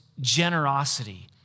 generosity